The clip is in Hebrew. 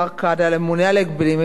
על הממונה על ההגבלים העסקיים.